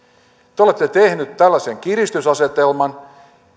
te olette tehneet tällaisen kiristysasetelman